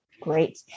Great